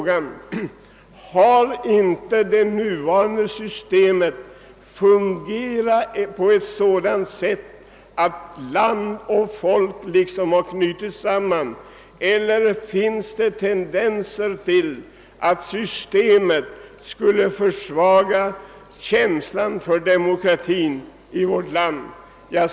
Har då inte det nuvarande systemet fungerat på ett sätt som knutit samman land och folk? Eller finns det tendenser till att systemet skulle ha försvagat känslan för demokratin i vårt land?